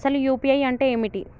అసలు యూ.పీ.ఐ అంటే ఏమిటి?